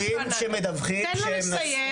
שוטרים שמדווחים שהם יצאו מחופשים.